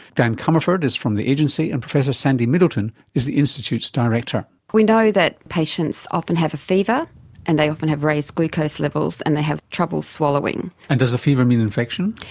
dan comerford is from the agency and professor sandy middleton is the institute's director. we know that patients often have a fever and they often have raised glucose levels and they have trouble swallowing. and does a fever mean infection?